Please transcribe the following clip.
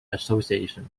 association